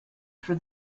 for